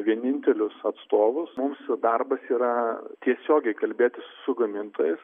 vienintelius atstovus mūsų darbas yra tiesiogiai kalbėtis su gamintojais